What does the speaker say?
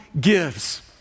gives